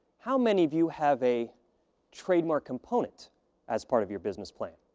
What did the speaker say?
how many of you have a trademark component as part of your business plan?